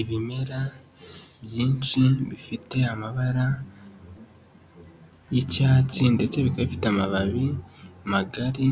Ibimera byinshi bifite amabara y'icyatsi ndetse bikaba bifite amababi magari,